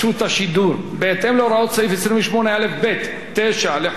בהתאם להוראות סעיף 28א(ב)(9) לחוק רשות השידור,